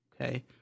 Okay